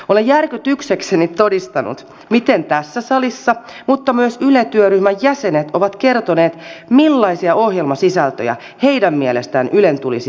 olen järkytyksekseni todistanut miten ihmiset tässä salissa mutta myös yle työryhmän jäsenet ovat kertoneet millaisia ohjelmasisältöjä heidän mielestään ylen tulisi tehdä